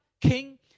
king